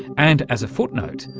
and as a foot-note,